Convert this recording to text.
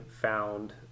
found